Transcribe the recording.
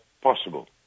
possible